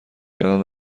کردن